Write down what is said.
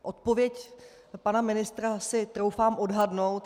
Odpověď pana ministra si troufám odhadnout.